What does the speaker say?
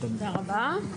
תודה רבה.